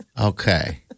okay